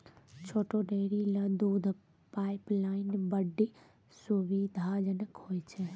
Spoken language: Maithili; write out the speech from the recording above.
छोटो डेयरी ल दूध पाइपलाइन बड्डी सुविधाजनक होय छै